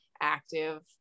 active